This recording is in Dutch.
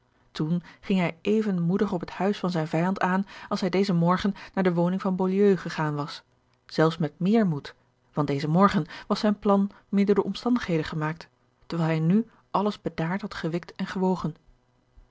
toen ging hij even moedig op het huis van zijn vijand aan als hij dezen morgen george een ongeluksvogel naar de woning van beaulieu gegaan was zelfs met meer moed want dezen morgen was zijn plan meer door de omstandigheden gemaakt terwijl hij nu alles bedaard had gewikt en gewogen